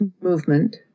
movement